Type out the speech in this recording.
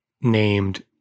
named